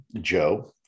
Joe